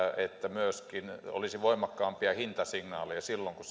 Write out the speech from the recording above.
että myöskin olisi voimakkaampia hintasignaaleja silloin kun